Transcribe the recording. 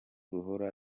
ruhora